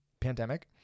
pandemic